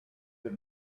the